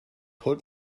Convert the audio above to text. holt